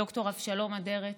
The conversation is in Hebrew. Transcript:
ד"ר אבשלום אדרת.